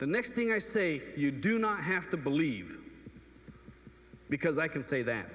the next thing i say you do not have to believe because i can say that